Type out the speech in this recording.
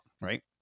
right